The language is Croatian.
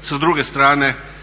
sa druge strane